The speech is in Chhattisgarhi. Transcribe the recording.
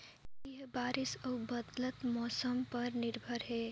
खेती ह बारिश अऊ बदलत मौसम पर निर्भर हे